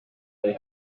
may